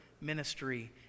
ministry